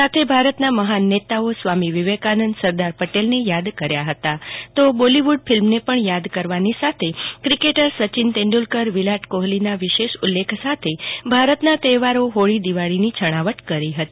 સાથે ભારતના મફાન નેતાઓ સ્વામી વિવેકાનંદ સરદાર પટેલને યાદ કર્યા હતા તો બોલીવુડ ફિલ્મ દિલવાલે દુલ્હનીયા લે જાયેગે કિકેટર સચિન તેડુલકરવિરાટ કોહલીના વિશેષ ઉલ્લેખ સાથે ભારતના તહેવારો હોળી દિવાળીની છણાવટ કરી હતી